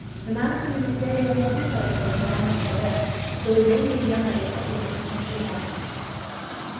finansų ministerija nepritaria didesniam npd daugiau nei vieną vaiką auginančioms šeimoms